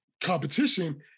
competition